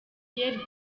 pierre